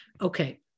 okay